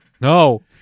No